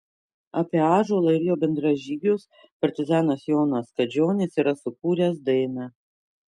apie ąžuolą ir jo bendražygius partizanas jonas kadžionis yra sukūręs dainą